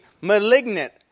malignant